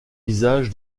visage